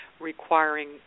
requiring